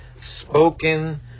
spoken